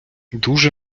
дуже